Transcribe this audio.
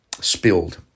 spilled